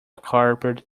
carpet